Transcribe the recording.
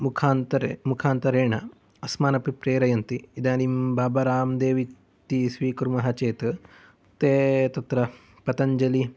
मुखान्तरे मुखान्तरेण अस्मान् अपि प्रेरयन्ति इदानीं बाबा रामदेवः इति स्वीकुर्मः चेत् ते तत्र पतञ्चलि इति